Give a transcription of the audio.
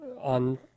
on